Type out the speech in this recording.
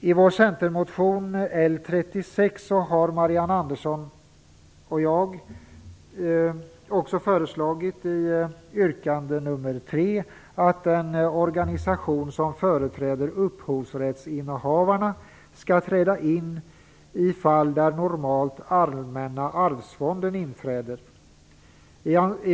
I vår centermotion L36 har Marianne Andersson och jag föreslagit i yrkande nr 3 att den organisation som företräder upphovsrättsinnehavarna skall träda in i fall där normalt Allmänna arvsfonden inträder.